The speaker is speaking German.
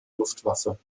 luftwaffe